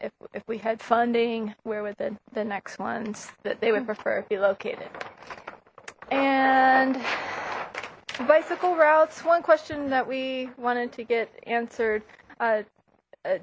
if we had funding where within the next ones that they would prefer be located and bicycle routes one question that we wanted to get answered